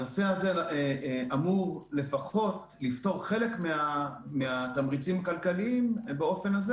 הנושא הזה אמור לפחות לפתור חלק מהתמריצים הכלכליים באופן הזה,